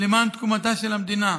למען תקומתה של המדינה,